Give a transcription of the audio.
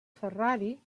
ferrari